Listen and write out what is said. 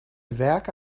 werke